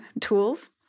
tools